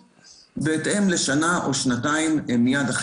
בהתאם לשנה או שנתיים מיד אחרי כניסת הטכנולוגיה.